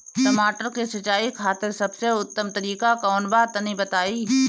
टमाटर के सिंचाई खातिर सबसे उत्तम तरीका कौंन बा तनि बताई?